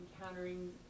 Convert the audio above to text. encountering